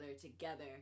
together